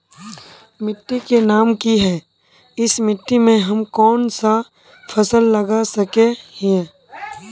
मिट्टी के नाम की है इस मिट्टी में हम कोन सा फसल लगा सके हिय?